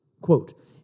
Quote